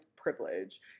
privilege